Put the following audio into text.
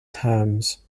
terms